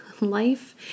life